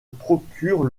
procure